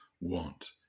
want